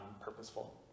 purposeful